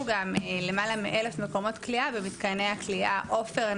גם למעלה מ-1,000 מקומות כליאה במתקני הכליאה עופר,